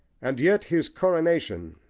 and yet his coronation,